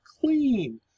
clean